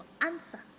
answer